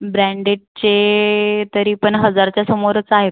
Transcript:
ब्रॅंडेटचे तरी पण हजारच्या समोरच आहेत